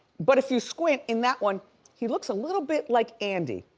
but if you squint in that one he looks a little bit like andy.